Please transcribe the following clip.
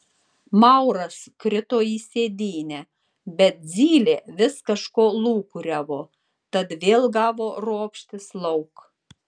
mauras krito į sėdynę bet zylė vis kažko lūkuriavo tad vėl gavo ropštis lauk